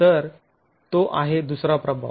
तर तो आहे दुसरा प्रभाव